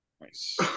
Nice